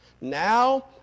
now